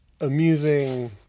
Amusing